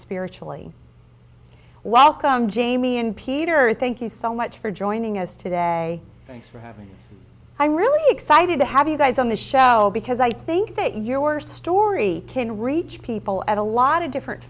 spiritually welcome jamie and peter thank you so much for joining us today and i'm really excited to have you guys on the show because i think that your story can reach people at a lot of different